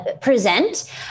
present